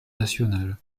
nationale